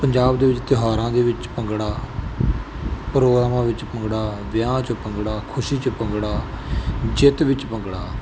ਪੰਜਾਬ ਦੇ ਵਿੱਚ ਤਿਉਹਾਰਾਂ ਦੇ ਵਿੱਚ ਭੰਗੜਾ ਪ੍ਰੋਗਰਾਮਾਂ ਵਿੱਚ ਭੰਗੜਾ ਵਿਆਹ 'ਚ ਭੰਗੜਾ ਖੁਸ਼ੀ 'ਚ ਭੰਗੜਾ ਜਿੱਤ ਵਿੱਚ ਭੰਗੜਾ